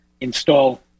install